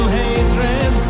hatred